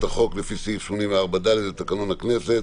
החוק לפי סעיף 84(ד) לתקנון הכנסת